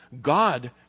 God